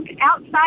outside